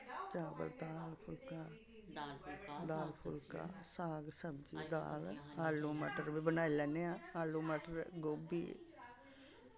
चावल दाल फुलका दाल फुलका साग सब्जी दाल आलू मटर बी बनाई लैन्ने आं आलू मटर गोभी